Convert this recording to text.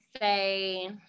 say